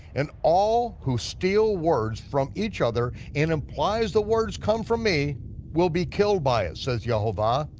and all who steal words from each other and implies the words come from me, will be killed by it, says yehovah.